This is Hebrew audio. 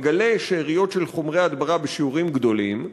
מגלה שאריות של חומרי הדברה בשיעורים גדולים,